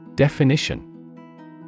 Definition